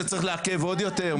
שצריך לעכב עוד יותר?